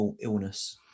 illness